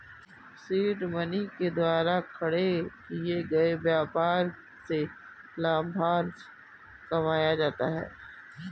seed money के द्वारा खड़े किए गए व्यापार से लाभांश कमाया जाता है